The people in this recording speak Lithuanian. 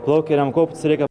plaukia ir jam kauptis reikia